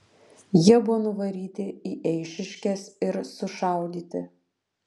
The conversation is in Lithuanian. jie buvo nuvaryti į eišiškes ir sušaudyti